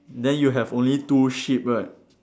then you have only two sheep right